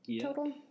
total